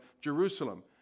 Jerusalem